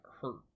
hurt